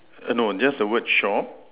err no just the word shop